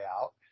out